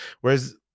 Whereas